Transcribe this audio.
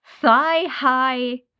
thigh-high